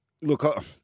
look